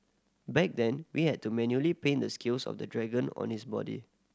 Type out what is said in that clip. back then we had to manually paint the scales of the dragon on its body